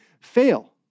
fail